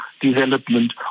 development